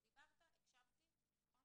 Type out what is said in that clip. דיברת, הקשבתי, נכון?